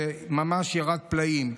שממש ירד פלאים.